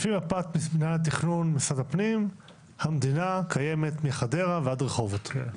לפי מפת מינהל התכנון ומשרד הפנים המדינה קיימת מחדרה ועד רחובות.